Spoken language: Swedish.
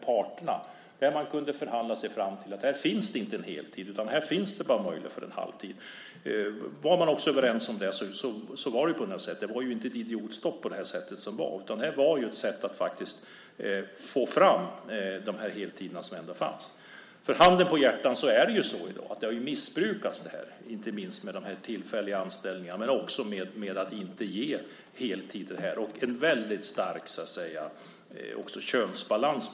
Parterna kunde förhandla sig fram till att här inte finns en heltid utan här finns bara möjlighet till en halvtid. Var man också överens om det var det på det sättet. Det var inte ett idiotstopp, utan det var ett sätt att få fram de heltider som ändå fanns. För handen på hjärtat är det ju så i dag att det här har missbrukats, inte minst med de tillfälliga anställningarna men också med att inte ge heltider, och det är en väldigt stark könsbalans.